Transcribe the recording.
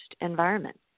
environment